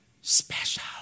special